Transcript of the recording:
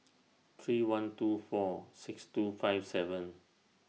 three one two four six two five seven